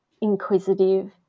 inquisitive